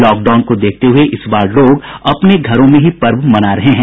lockdown को देखते हुये इस बार लोग अपने घरों में ही पर्व मना रहे हैं